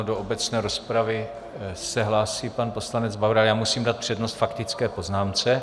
Do obecné rozpravy se hlásí pan poslanec Bauer, ale já musím dát přednost faktické poznámce.